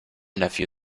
nephew